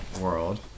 world